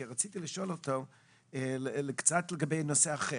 רציתי לשאול לגבי נושא אחר.